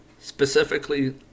specifically